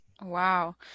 Wow